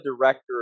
director